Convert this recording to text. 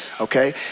Okay